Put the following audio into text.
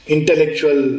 Intellectual